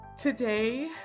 Today